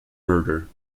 murder